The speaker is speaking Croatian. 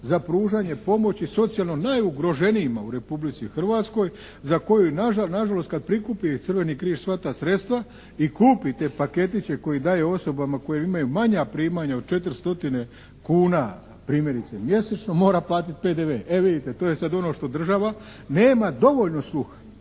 za pružanje pomoći socijalno najugroženijima u Republici Hrvatskoj za koju nažalost kad prikupi Crveni križ sva ta sredstva i kupi te paketiće koje daju osobama koje imaju manja primanja od 4 stotine kuna primjerice mjesečno mora platiti PDV. E vidite, to je sad ono što država nema dovoljno sluha